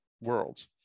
worlds